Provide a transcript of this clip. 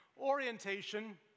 orientation